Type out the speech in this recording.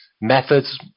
methods